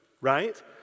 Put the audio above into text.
right